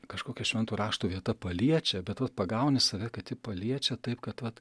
kažkokia švento rašto vieta paliečia bet vat pagauni save kad ji paliečia taip kad vat